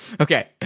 Okay